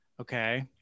Okay